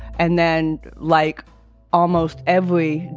and then, like almost every,